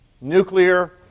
nuclear